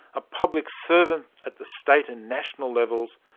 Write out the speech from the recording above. a public servant at the state and national levels,